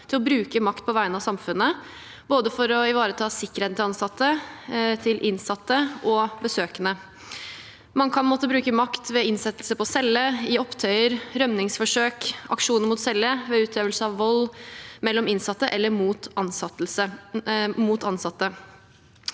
til å bruke makt på vegne av samfunnet for å ivareta sikkerheten til både ansatte, innsatte og besøkende. Man kan måtte bruke makt ved innsettelse på celle, opptøyer, rømningsforsøk, aksjoner mot celle og ved utøvelse av vold mellom innsatte eller mot ansatte.